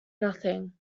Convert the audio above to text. nothing